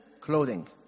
clothing